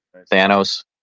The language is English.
Thanos